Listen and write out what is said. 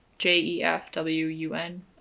J-E-F-W-U-N